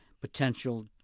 potential